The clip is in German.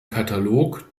katalog